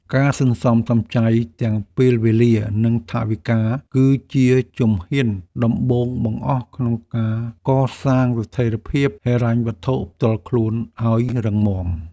ការសន្សំសំចៃទាំងពេលវេលានិងថវិកា គឺជាជំហានដំបូងបង្អស់ក្នុងការកសាងស្ថិរភាពហិរញ្ញវត្ថុផ្ទាល់ខ្លួនឱ្យរឹងមាំ។